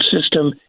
system